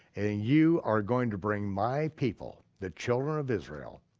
and you are going to bring my people, the children of israel,